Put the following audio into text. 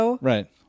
Right